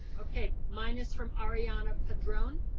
okay, mine is from arriana padron.